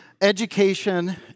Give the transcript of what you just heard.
education